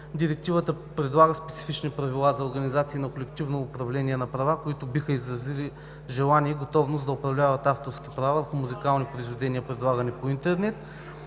Директивата предлага специфични правила за организации на колективно управление на права, които биха изразили желание и готовност да управляват авторски права върху музикални произведения, предлагани по интернет.